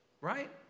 right